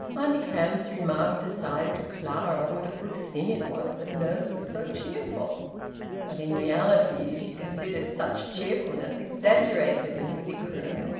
auntie hamps remarked aside to clara what a good thing it was that nurse was so cheerful but in reality she considered such cheerfulness exaggerated in a sick-room,